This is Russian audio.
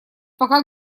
пока